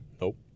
Nope